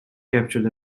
captured